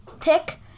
pick